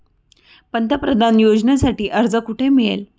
पंतप्रधान योजनेसाठी अर्ज कुठे मिळेल?